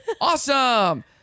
awesome